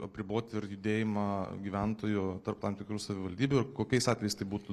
apriboti ir judėjimą gyventojų tarp tam tikrų savivaldybių ir kokiais atvejais tai būtų